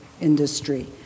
industry